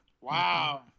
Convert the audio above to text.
Wow